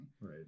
Right